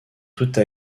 toute